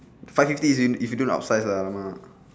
five fifty is in if you don't up size !alamak!